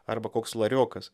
arba koks lariokas